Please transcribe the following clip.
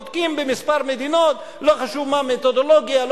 בודקים בכמה מדינות, ולא חשוב מה המתודולוגיה.